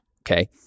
okay